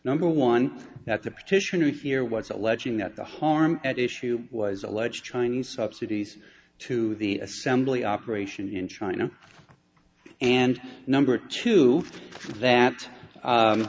number one that the petitioner we fear was alleging that the harm at issue was alleged chinese subsidies to the assembly operation in china and number two that